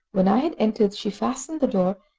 when i had entered she fastened the door,